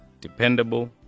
dependable